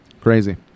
crazy